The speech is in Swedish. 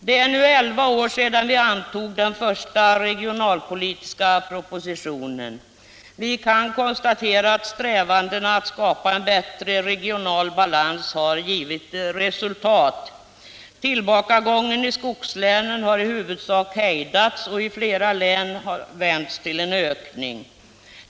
Det är nu elva år sedan vi antog den första regionalpolitiska propositionen. Vi kan konstatera att strävandena att skapa en bättre regional balans har givit resultat. Tillbakagången i skogslänen har i huvudsak hejdats och i flera län vänts till en ökning.